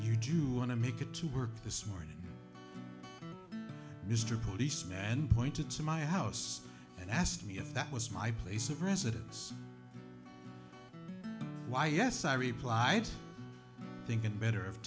you do want to make it to work this morning mr policeman and pointed to my house and asked me if that was my place of residence why yes i replied thinking better of